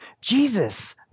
Jesus